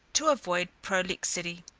to avoid prolixity.